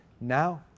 now